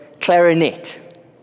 clarinet